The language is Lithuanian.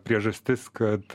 priežastis kad